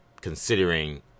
considering